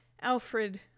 Alfred